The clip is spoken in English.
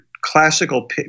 classical